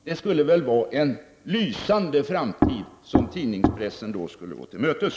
Det skulle väl vara en lysande framtid som tidningspressen då gick till mötes.